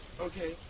Okay